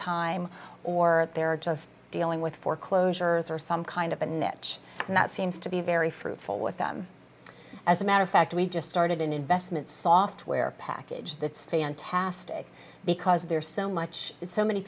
time or they're just dealing with foreclosures or some kind of an etch and that seems to be very fruitful with them as a matter of fact we just started an investment software package that stand asked because there's so much and so many